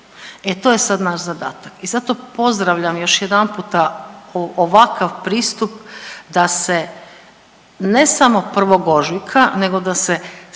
E to je sad naš zadatak i zato pozdravljam još jedanputa ovakav pristup da se ne samo 1. ožujka nego sa se